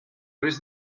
risc